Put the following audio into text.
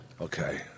Okay